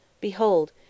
Behold